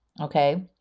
Okay